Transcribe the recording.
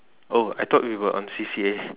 oh I thought we were on C_C_A